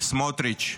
סמוטריץ',